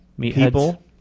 people